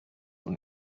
und